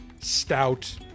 stout